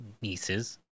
nieces